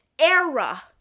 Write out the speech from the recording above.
era